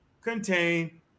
contain